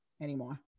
anymore